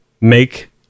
make